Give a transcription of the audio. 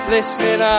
Listening